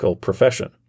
profession